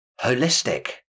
holistic